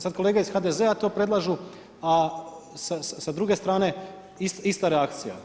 Sad kolege iz HDZ-a to predlažu, a sa druge strane ista reakcija.